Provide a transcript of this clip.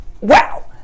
wow